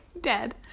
dead